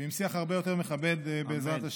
ועם שיח הרבה יותר מכבד בשלב הבא, בעזרת השם.